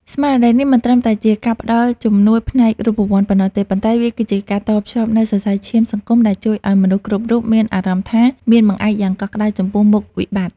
ស្មារតីនេះមិនត្រឹមតែជាការផ្ដល់ជំនួយផ្នែករូបវន្តប៉ុណ្ណោះទេ ប៉ុន្តែវាគឺជាការតភ្ជាប់នូវសរសៃឈាមសង្គមដែលជួយឱ្យមនុស្សគ្រប់រូបមានអារម្មណ៍ថាមានបង្អែកយ៉ាងកក់ក្ដៅចំពោះមុខវិបត្តិ។